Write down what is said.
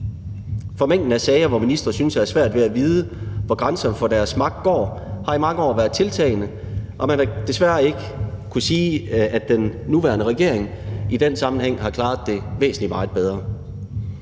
For mængden af sager, hvor ministre synes at have svært ved at vide, hvor grænsen for deres magt går, har i mange år været tiltagende, og man har desværre ikke kunnet sige, at den nuværende regering i den sammenhæng har klaret det væsentlig meget bedre.